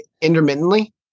Intermittently